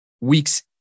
weeks